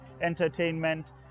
entertainment